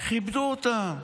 כיבדו אותם,